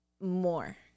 more